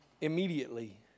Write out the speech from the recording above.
Immediately